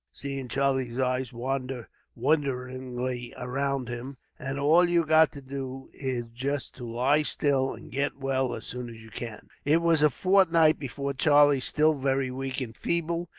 seeing charlie's eyes wander wonderingly around him, and all you've got to do is just to lie still, and get well as soon as you can. it was a fortnight before charlie, still very weak and feeble,